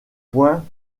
points